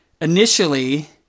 initially